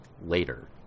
later